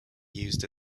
used